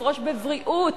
לפרוש בבריאות,